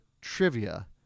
trivia